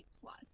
plus